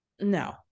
No